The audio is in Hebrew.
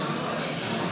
שלי טל מירון וירון לוי.